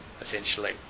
essentially